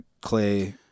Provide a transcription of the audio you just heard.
clay